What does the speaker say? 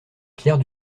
pierre